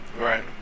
Right